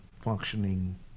functioning